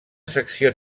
secció